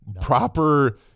proper